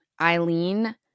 Eileen